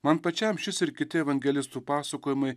man pačiam šis ir kiti evangelistų pasakojimai